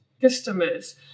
customers